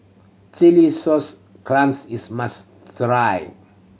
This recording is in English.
chilli sauce clams is must try